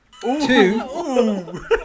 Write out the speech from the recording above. two